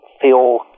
feel